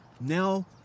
now